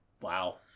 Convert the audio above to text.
wow